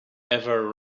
ever